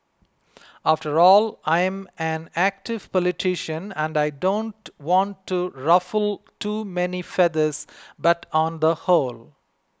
after all I'm an active politician and I don't want to ruffle too many feathers but on the whole